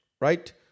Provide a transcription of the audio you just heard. Right